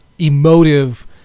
emotive